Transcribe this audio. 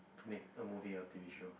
make a movie or T_V show